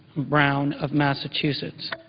brown of massachusetts.